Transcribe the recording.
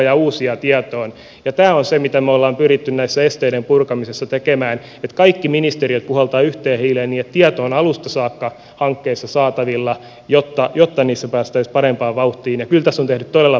tämä on se mitä me olemme pyrkineet tässä esteiden purkamisessa tekemään että kaikki ministeriöt puhaltavat yhteen hiileen niin että tieto on alusta saakka hankkeissa saatavilla jotta niissä päästäisiin parempaan vauhtiin ja kyllä tässä on tehty todella paljon töitä